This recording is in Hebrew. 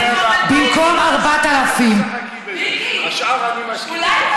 במקום 4,000, השאר, אני מסכים איתך.